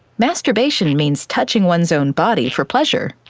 masturbation means touching one's own body for pleasure,